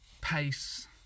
pace